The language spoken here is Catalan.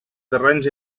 terrenys